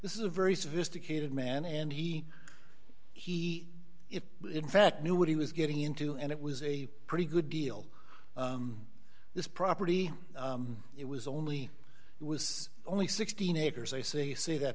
this is a very sophisticated man and he he if in fact knew what he was getting into and it was a pretty good deal this property it was only it was only sixteen acres i say say that